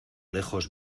lejos